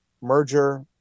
merger